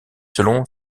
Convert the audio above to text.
selon